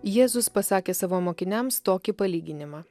jėzus pasakė savo mokiniams tokį palyginimą